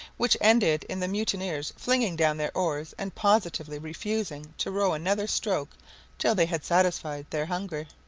which ended in the mutineers flinging down their oars, and positively refusing to row another stroke till they had satisfied their hunger.